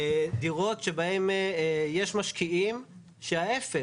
דירות שבהן יש משקיעים שההיפך,